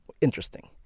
interesting